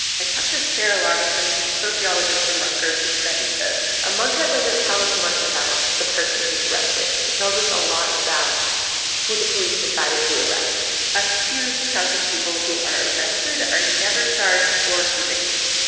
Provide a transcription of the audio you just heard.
i talked to sarah lageson. she's a sociologist from rutgers who studies this a mug shot doesn't tell us much about the person who's arrested. it tells us a lot about who the police decided to arrest a huge chunk of people who are arrested are never charged or convicted.